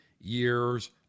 years